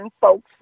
folks